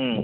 ꯎꯝ